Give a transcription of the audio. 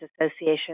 Association